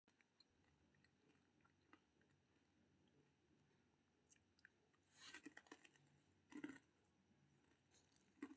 वर्ष दू हजार पंद्रह मे डाक विभाग मनीऑर्डर सेवा कें बंद कैर देलकै